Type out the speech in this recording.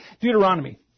Deuteronomy